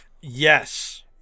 Yes